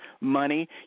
money